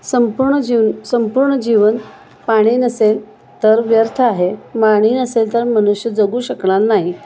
संपूर्ण जीव संपूर्ण जीवन पाणी नसेल तर व्यर्थ आहे पाणी नसेल तर मनुष्य जगू शकणार नाही